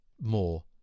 more